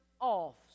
off